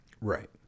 Right